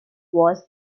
was